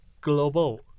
global